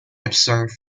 observed